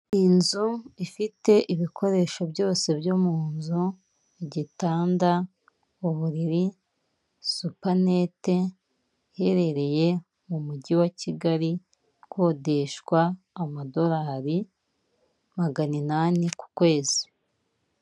Inzu ifite ibikoresho byose byo mu nzu igitanda, uburiri, supanete, iherereye mu mujyi wa Kigali, ikodeshwa amadolari magana inani ku kwezi.